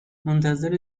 منتظر